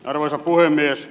arvoisa puhemies